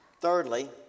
Thirdly